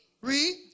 Read